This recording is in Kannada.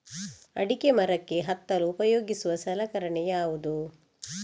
ಅಡಿಕೆ ಮರಕ್ಕೆ ಹತ್ತಲು ಉಪಯೋಗಿಸುವ ಸಲಕರಣೆ ಯಾವುದು?